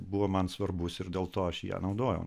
buvo man svarbus ir dėl to aš ją naudojau